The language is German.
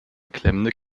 klemmende